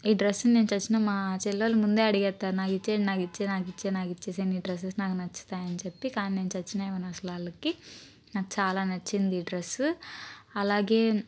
ఈ డ్రస్ నేను తెచ్చిన మా చెలెల్లు ముందే అడిగేస్తుంది నాకు ఇచ్చేయ్యి నాకు ఇచ్చేయ్యి నాకు ఇచ్చేయ్యి నీ డ్రసెస్ నాకు నచ్చుతాయి అని చెప్పి కానీ నేను చచ్చినా ఇవ్వను అసలు వాళ్ళకి నాకు చాలా నచ్చింది ఈ డ్రస్ అలాగే